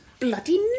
Bloody